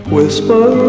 Whisper